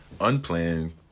unplanned